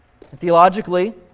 Theologically